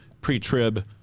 pre-trib